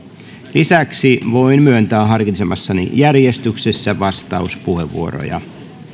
lisäksi voin myöntää harkitsemassani järjestyksessä vastauspuheenvuoroja